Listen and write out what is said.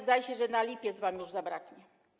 Zdaje się, że na lipiec już wam zabraknie.